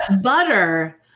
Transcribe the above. butter